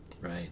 right